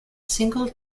single